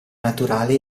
naturale